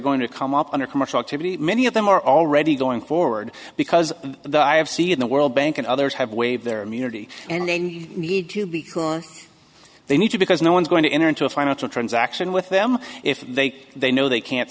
going to come up under commercial activity many of them are already going forward because the i have seen the world bank and others have waived their immunity and they need to because they need to because no one's going to enter into a financial transaction with them if they they know they can't